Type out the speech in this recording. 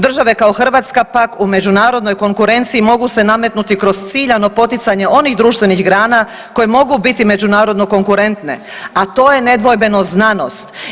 Države kao Hrvatska pak u međunarodnoj konkurenciji mogu se nametnuti kroz ciljano poticanje onih društvenih grana koje mogu biti međunarodno konkurentne, a to je nedvojbeno znanost.